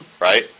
Right